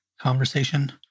conversation